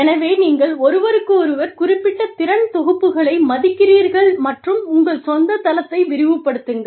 எனவே நீங்கள் ஒருவருக்கொருவர் குறிப்பிட்ட திறன் தொகுப்புகளை மதிக்கிறீர்கள் மற்றும் உங்கள் சொந்த தளத்தை விரிவுபடுத்துங்கள்